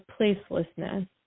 placelessness